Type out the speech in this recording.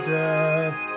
death